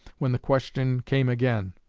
when the question came again,